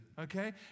okay